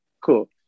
cool